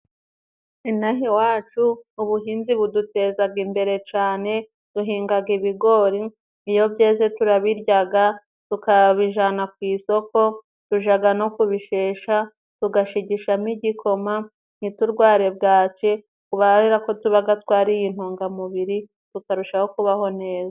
Inaha iwacu ubuhinzi budutezaga imbere cane, duhingaga ibigori iyo byeze turabiryaga, tukabijana ku isoko, tujaga no kubishesha tugashigishashamo igikoma, ntiturware bwaki kubara ko tubaga twariye intungamubiri tukarushaho kubaho neza.